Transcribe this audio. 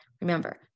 Remember